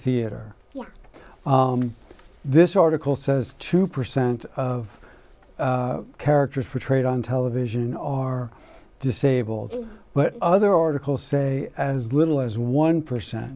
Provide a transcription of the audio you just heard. theater when this article says two percent of characters portrayed on television are disabled but other articles say as little as one percent